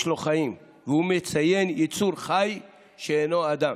לו חיים והוא מציין יצור חי שאינו אדם.